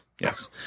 Yes